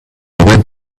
went